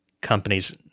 companies